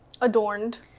adorned